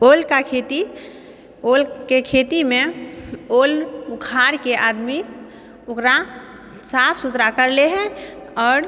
ओलका खेती ओलके खेतीमे ओल उखारके आदमी ओकरा साफ सुथरा कर लए हय आओर